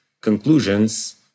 conclusions